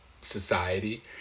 society